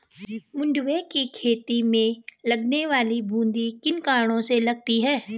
मंडुवे की खेती में लगने वाली बूंदी किन कारणों से लगती है?